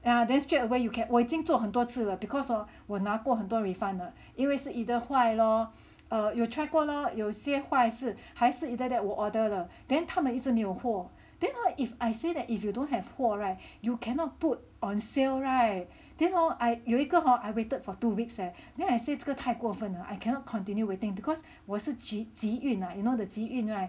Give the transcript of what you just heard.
yeah then straightaway you can 我已经做很多次了 because hor 我拿过很多 refund 了因为是 either 坏 lor err 有 try 过了有些坏是还是 either that 我 order then 他们一直没有货 then !huh! if I say that if you don't have 货 [right] you cannot put on sale [right] then hor I 有一个 hor I waited for two weeks eh then I say 这个太过分了 I cannot continue waiting because 我是集运啊 you know the 集运 [right]